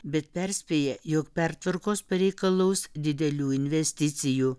bet perspėja jog pertvarkos pareikalaus didelių investicijų